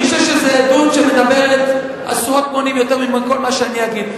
אני חושב שזו עדות שמדברת עשרות מונים מכל מה שאני אגיד.